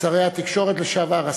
שרי התקשורת לשעבר,